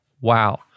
wow